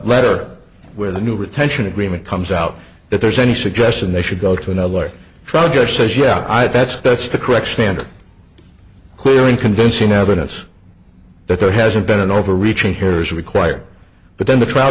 letter where the new retention agreement comes out if there's any suggestion they should go to another trial judge says yeah i that's that's the correct standard clearing convincing evidence that there hasn't been an overreaching here is required but then the trial